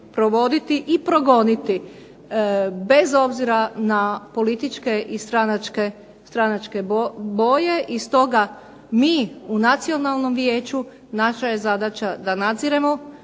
i progoniti bez obzira na političke i stranačke boje i stoga mi u Nacionalnom vijeću, naša je zadaća da nadziremo